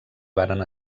varen